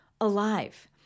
alive